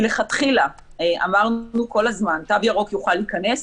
מלכתחילה אמרנו כל הזמן תו ירוק יוכל להיכנס